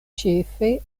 ĉefe